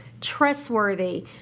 trustworthy